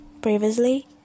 Previously